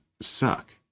suck